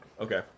Okay